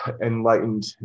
enlightened